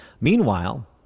Meanwhile